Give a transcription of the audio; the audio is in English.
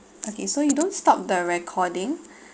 okay so you don't stop the recording